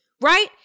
right